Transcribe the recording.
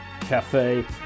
Cafe